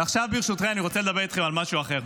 ועכשיו ברשותך אני רוצה לדבר איתכם על משהו אחר.